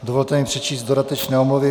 Dovolte mi přečíst dodatečné omluvy.